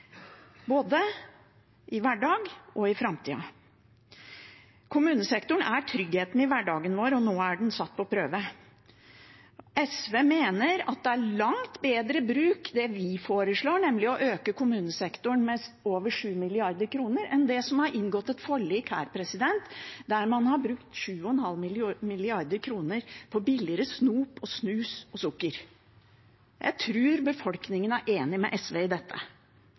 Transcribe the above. både i hverdagen og i framtida. Kommunesektoren er tryggheten i hverdagen vår, og nå er den satt på prøve. SV mener det er langt bedre bruk av penger det vi foreslår, nemlig å øke kommunesektoren med over 7 mrd. kr, enn det det er inngått et forlik om her, å bruke 7,5 mrd. kr på billigere snop, snus og sukker. Jeg tror befolkningen er enig med SV i dette.